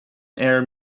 air